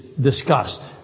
discussed